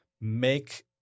make